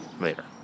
later